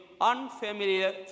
unfamiliar